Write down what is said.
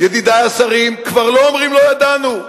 ידידי השרים, כבר לא אומרים: לא ידענו.